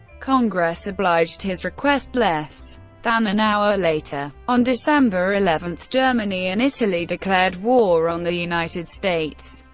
congress obliged his request less than an hour later. on december eleven, germany and italy declared war on the united states,